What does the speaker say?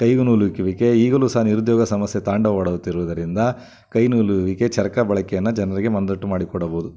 ಕೈಗೆ ನೂಲು ಇಡುವಿಕೆ ಈಗಲೂ ಸಹ ನಿರುದ್ಯೋಗ ಸಮಸ್ಯೆ ತಾಂಡವವಾಡುತ್ತಿರುವುದರಿಂದ ಕೈನೂಲುವಿಕೆ ಚರಕ ಬಳಕೆಯನ್ನು ಜನರಿಗೆ ಮನದಟ್ಟು ಮಾಡಿಕೊಡಬೌದು